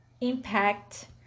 impact